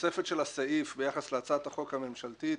שהתוספת של הסעיף ביחס להצעת החוק הממשלתית,